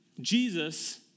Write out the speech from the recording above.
Jesus